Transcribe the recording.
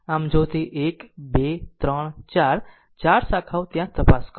આમ જો તે 1 2 3 4 ચાર શાખાઓ ત્યાં તપાસ કરો